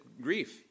grief